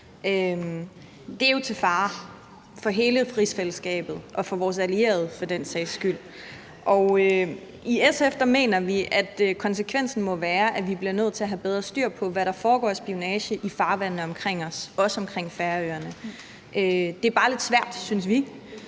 Det er jo til fare for hele rigsfællesskabet og for den sags skyld for vores allierede. I SF mener vi, at konsekvensen må være, at vi bliver nødt til at have bedre styr på, hvad der foregår af spionage i farvandene omkring os, også omkring Færøerne. Det er bare lidt svært, synes vi,